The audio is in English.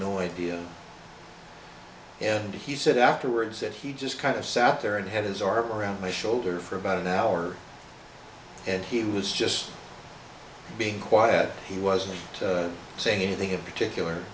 no idea and he said afterwards that he just kind of sat there and had his arm around my shoulder for about an hour and he was just being quiet he wasn't saying anything in particular